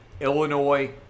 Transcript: Illinois